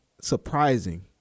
surprising